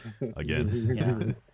Again